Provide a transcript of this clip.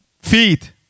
Feet